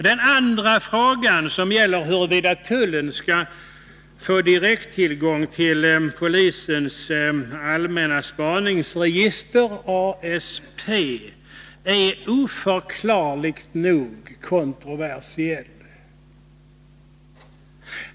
Den andra frågan gäller huruvida tullen skall få direkttillgång till polisens allmänna spaningsregister, ASP, och den frågan är oförklarligt nog kontroversiell.